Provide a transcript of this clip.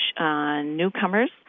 newcomers